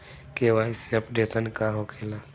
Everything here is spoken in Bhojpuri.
के.वाइ.सी अपडेशन का होखेला?